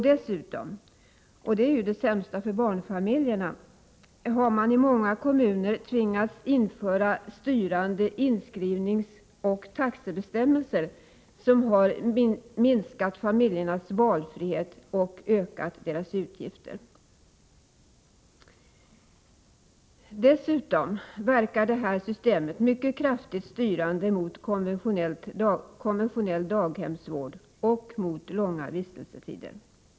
Dessutom — och det är ju det sämsta för barnfamiljerna — har man i många kommuner tvingats införa styrande inskrivningsoch taxebestämmelser, som minskat familjernas valfrihet och ökat deras utgifter. Dessutom styr det här systemet mycket kraftigt mot konventionell daghemsvård och långa vistelsetider.